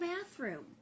bathroom